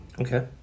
Okay